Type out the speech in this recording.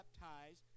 baptized